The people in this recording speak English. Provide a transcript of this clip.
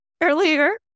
earlier